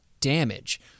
damage